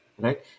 right